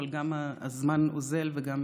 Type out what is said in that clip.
אבל גם הזמן אוזל וגם,